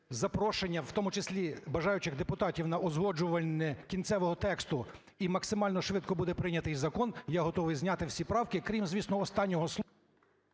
в тому числі бажаючих депутатів, на узгоджувальне кінцевого тексту і максимально швидко буде прийнятий закон, я готовий зняти всі правки, крім звісно останнього…